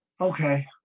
Okay